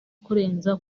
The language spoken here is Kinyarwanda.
kurenza